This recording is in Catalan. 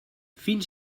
fins